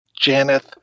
Janeth